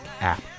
app